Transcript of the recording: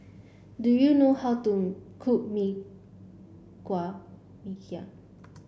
do you know how to cook Mee Kuah